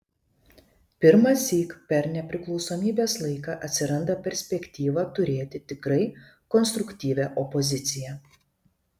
pirmąsyk per nepriklausomybės laiką atsiranda perspektyva turėti tikrai konstruktyvią opoziciją